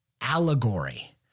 allegory